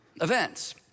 events